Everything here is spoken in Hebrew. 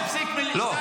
לא,